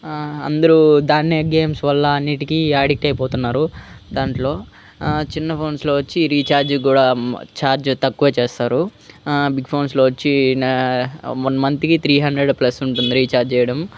అందరూ దాన్నే గేమ్స్ వల్ల అన్నిటికీ అడిక్ట్ అయిపోతున్నారు దాంట్లో చిన్న ఫోన్స్లో వచ్చి రీఛార్జ్కి కూడా ఛార్జ్ తక్కువే చేస్తారు బిగ్ ఫోన్స్లో వచ్చి వన్ మంత్కి త్రీ హండ్రెడ్ ప్లస్ ఉంటుంది రీఛార్జ్ చేయడం